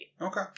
Okay